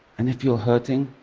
and if you're hurting,